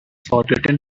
forgotten